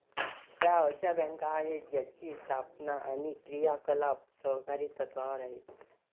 त्या अशा बँका आहेत ज्यांची स्थापना आणि क्रियाकलाप सहकारी तत्त्वावर आहेत